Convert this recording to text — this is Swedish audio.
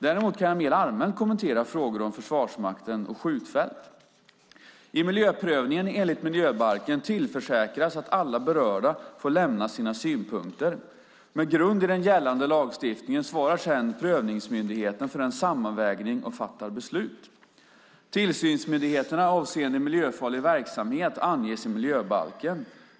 Däremot kan jag mer allmänt kommentera frågor om Försvarsmakten och skjutfält. I miljöprövningen enligt miljöbalken tillförsäkras att alla berörda får lämna sina synpunkter. Med grund i den gällande lagstiftningen svarar sedan prövningsmyndigheten för en sammanvägning och fattar beslut. Tillsynsmyndigheterna avseende miljöfarlig verksamhet anges i miljöbalken.